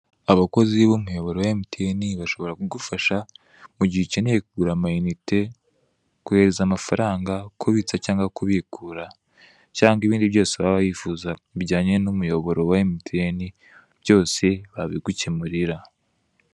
Abakozi b'umuyoboro wa emutiyeni bashobora kugufasha mu gihe ukeneye kugura amayinite, kohereza amafaranga, kubitsa cyangwa kubikura. Cyangwa ibindi byose waba wifuza bijyanye n'umuyoboro wa emutiyeni byose babigukemurira.